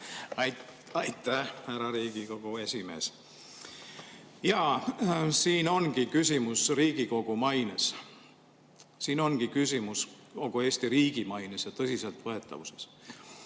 Aitäh, härra Riigikogu esimees! Jaa, siin ongi küsimus Riigikogu maines. Siin ongi küsimus kogu Eesti riigi maines ja tõsiseltvõetavuses. Ma